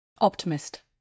Optimist